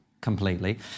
completely